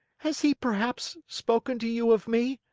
has he, perhaps, spoken to you of me?